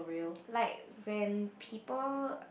like when people